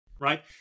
right